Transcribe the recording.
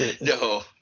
No